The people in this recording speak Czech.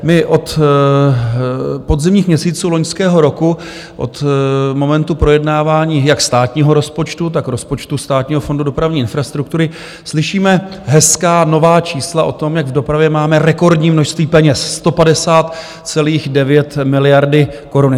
My od podzimních měsíců loňského roku, od momentu projednávání jak státního rozpočtu, tak rozpočtu Státního fondu dopravní infrastruktury, slyšíme hezká nová čísla o tom, jak v dopravě máme rekordní množství peněz, 159,9 miliardy korun.